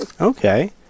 Okay